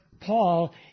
Paul